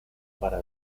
para